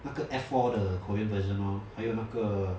那个 F four 的 korean version lor 还有那个